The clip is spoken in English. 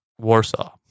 Warsaw